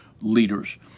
leaders